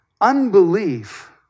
Unbelief